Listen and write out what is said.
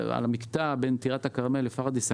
ועל המקטע בין טירת הכרמל לפרדיס,